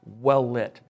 well-lit